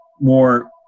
more